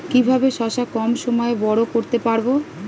কিভাবে শশা কম সময়ে বড় করতে পারব?